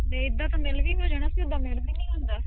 ਇੱਦਾਂ ਤਾਂ ਮਿਲ ਵੀ ਹੋ ਜਾਣਾ ਸੀ ਉੱਦਾਂ ਮਿਲ ਵੀ ਨਹੀਂ ਹੁੰਦਾ